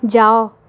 ଯାଅ